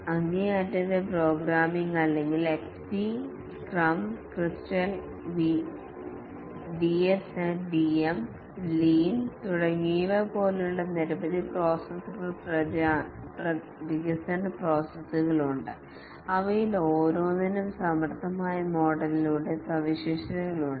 അങ്ങേയറ്റത്തെ പ്രോഗ്രാമിംഗ് അല്ലെങ്കിൽ XP scrum crystal DSDM lean തുടങ്ങിയവ പോലുള്ള നിരവധി പ്രോസസ്സ് വികസന പ്രോസസ്സുകൾ ഉണ്ട് അവയിൽ ഓരോന്നിനും സമർത്ഥമായ മോഡൽ യുടെ സവിശേഷതകളുണ്ട്